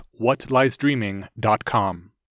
whatliesdreaming.com